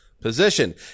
position